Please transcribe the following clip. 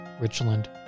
Richland